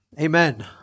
Amen